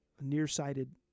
nearsighted